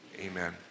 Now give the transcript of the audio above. Amen